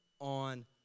on